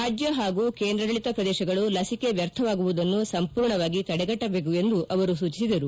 ರಾಜ್ಯ ಹಾಗೂ ಕೇಂದ್ರಾಡಳಿತ ಪ್ರದೇಶಗಳು ಲಸಿಕೆ ವ್ಕರ್ಥವಾಗುವುದನ್ನು ಸಂಪೂರ್ಣವಾಗಿ ತಡೆಗಟ್ಟಬೇಕು ಎಂದು ಅವರು ಸೂಚಿಸಿದರು